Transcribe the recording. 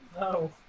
No